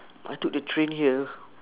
I took the train here